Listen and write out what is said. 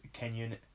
Kenyan